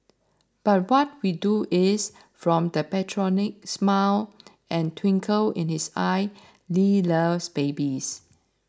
but what we know is from that patriarchal smile and twinkle in his eyes Lee loves babies